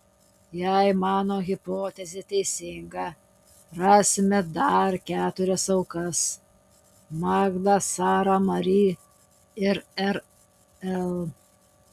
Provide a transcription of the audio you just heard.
jei mano hipotezė teisinga rasime dar keturias aukas magdą sarą mari ir rl